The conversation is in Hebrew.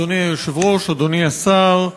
אדוני היושב-ראש, אדוני השר,